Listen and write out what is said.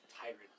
tyrant